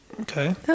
Okay